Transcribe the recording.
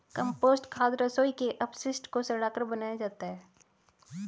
compost खाद रसोई के अपशिष्ट को सड़ाकर बनाया जाता है